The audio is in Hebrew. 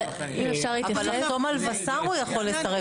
אבל לחתום על וס"ר הוא יכול לסרב.